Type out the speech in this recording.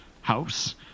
house